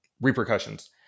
repercussions